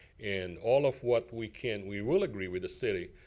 and all of what we can. we will agree with the city.